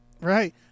Right